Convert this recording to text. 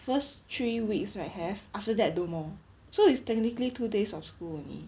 first three weeks right have after that no more so it's technically two days of school only